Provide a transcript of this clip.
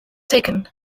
taken